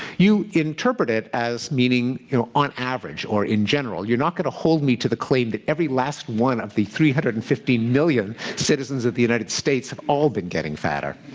you interpret it as meaning you know on average or in general. you're not going to hold me to the claim that every last one of the three hundred and fifty million citizens of the united states have all been getting fatter.